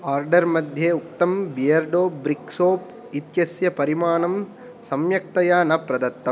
order मध्ये उक्तं Beardo brick soap इत्यस्य परिमाणं संयक्तया न प्रदत्तम्